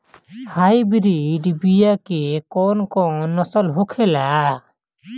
Hybrid बीया के कौन कौन नस्ल होखेला?